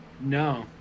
No